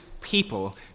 people